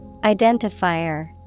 Identifier